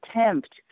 attempt